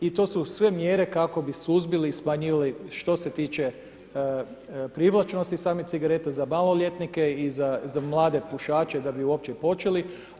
I to su sve mjere kako bi suzbili i smanjivali što se tiče privlačnosti samih cigareta za maloljetnike i za mlade pušaće da bi uopće počeli.